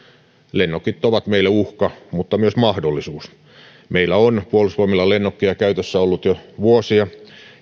lennokit ovat meille uhka mutta myös mahdollisuus meillä on puolustusvoimilla ollut lennokkeja käytössä jo vuosia